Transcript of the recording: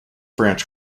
branch